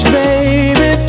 baby